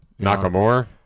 Nakamura